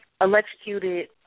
electrocuted